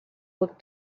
looked